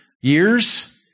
years